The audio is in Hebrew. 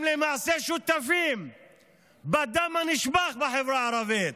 הם למעשה שותפים בדם הנשפך בחברה הערבית.